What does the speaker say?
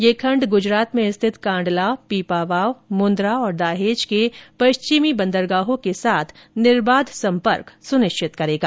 यह खण्ड गुजरात में स्थित काण्डला पीपावाव मुंद्रा और दाहेज के पश्चिमी बंदरगाहों के साथ निर्बाध संपर्क सुनिश्चित करेगा